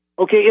Okay